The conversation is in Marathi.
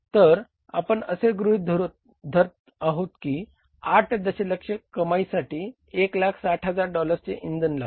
तर आपण असे गृहीत धरत आहोत कि 8 दशलक्ष कमाईसाठी 160000 डॉलर्सचे इंधन लागते